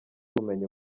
ubumenyi